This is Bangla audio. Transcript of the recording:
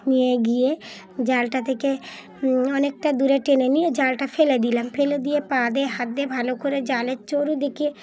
নিয়ে গিয়ে জালটা থেকে অনেকটা দূরে টেনে নিয়ে জালটা ফেলে দিলাম ফেলে দিয়ে পা দিয়ে হাত দিয়ে ভালো করে জালের চারিদিকে